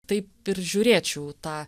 taip ir žiūrėčiau tą